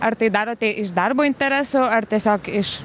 ar tai darote iš darbo interesų ar tiesiog iš